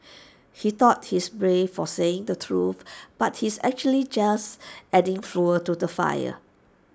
he thought he's brave for saying the truth but he's actually just adding fuel to the fire